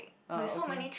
uh okay